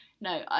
no